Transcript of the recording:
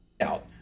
out